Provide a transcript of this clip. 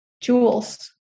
jewels